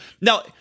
Now